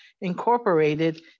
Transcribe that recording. Incorporated